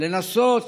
לנסות